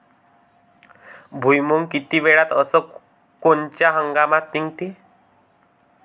भुईमुंग किती वेळात अस कोनच्या हंगामात निगते?